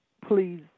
please